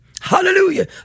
hallelujah